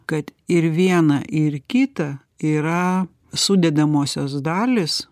kad ir viena ir kita yra sudedamosios dalys